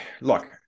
look